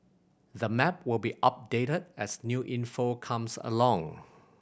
the map will be updated as new info comes along